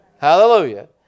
Hallelujah